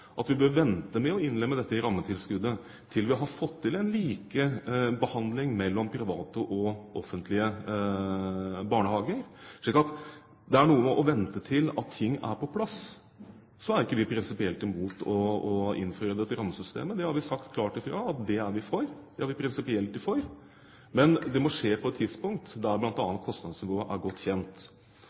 at vi bør vente med å innlemme dette i rammetilskuddet til vi har fått til en likebehandling mellom private og offentlige barnehager. Det er noe med å vente til at ting er på plass. Vi er ikke prinsipielt imot å innføre dette i rammesystemet. Vi har sagt klart at det er vi for, det er vi prinsipielt for, men det må skje på et tidspunkt der bl.a. kostnadsnivået er godt kjent.